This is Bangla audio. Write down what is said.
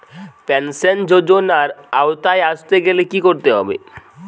পেনশন যজোনার আওতায় আসতে গেলে কি করতে হবে?